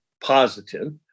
positive